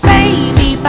Baby